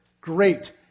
Great